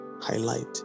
highlight